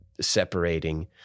separating